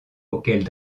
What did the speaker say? auxquelles